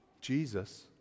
Jesus